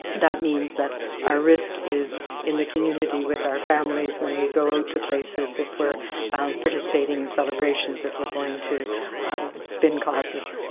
that means that our risk is in the community with our families when we go to places if we are participating in celebrations are going to spin classes,